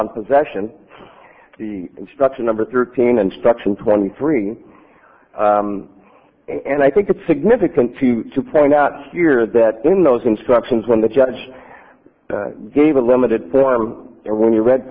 on possession instruction number thirteen instruction twenty three and i think it's significant to point out here that in those instructions when the judge gave a limited form or when he read